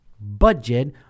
Budget